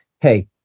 Hey